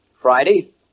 Friday